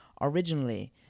Originally